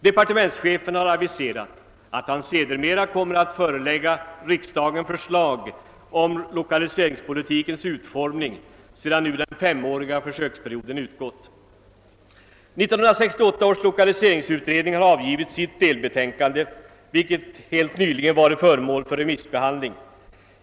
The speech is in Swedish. Departementschefen har aviserat att han sedermera kommer att förelägga riksdagen förslag om lokaliseringspolitikens utformning sedan den femåriga försöksperioden utgått. 1968 års lokaliseringsutredning har avgivit ett delbetänkande, vilket helt nyligen varit föremål för remissbehandling.